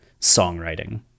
songwriting